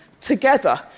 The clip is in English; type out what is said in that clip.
together